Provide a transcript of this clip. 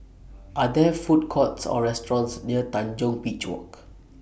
Are There Food Courts Or restaurants near Tanjong Beach Walk